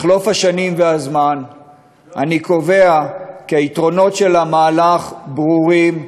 בחלוף השנים והזמן אני קובע כי היתרונות של המהלך ברורים,